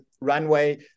runway